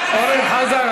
אורן חזן,